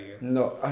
No